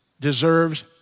deserves